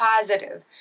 positive